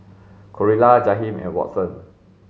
Creola Jaheem and Watson